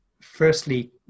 firstly